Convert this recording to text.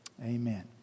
Amen